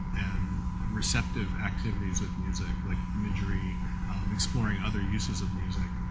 receptive activities with music like exploring other uses of music.